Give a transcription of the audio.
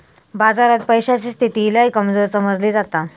बाजारात पैशाची स्थिती लय कमजोर समजली जाता